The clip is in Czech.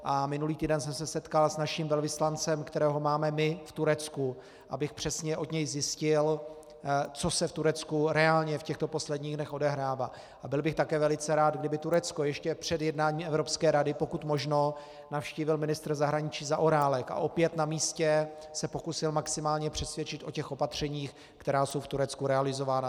A minulý týden jsem se setkal s naším velvyslancem, kterého máme my v Turecku, abych přesně od něj zjistil, co se v Turecku reálně v těchto posledních dnech odehrává, a byl bych také velice rád, kdyby Turecko ještě před jednáním Evropské rady pokud možno navštívil ministr zahraničí Zaorálek a opět na místě se pokusil maximálně přesvědčit o opatřeních, která jsou v Turecku realizována.